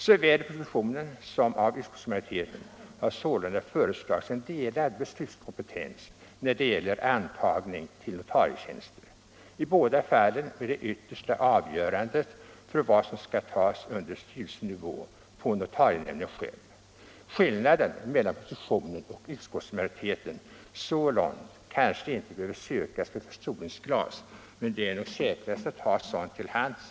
Såväl i propositionen som av utskottsmajoriteten har sålunda föreslagits en delad beslutskompetens när det gäller antagning till notarietjänster, i båda fallen med det yttersta avgörandet för vad som kan tas under styrelsenivå på notarienämnden själv. Skillnaden mellan propositionen och utskottsmajoriteten så långt kanske inte behöver sökas med förstoringsglas, men det är nog säkrast att ha ett sådant till hands.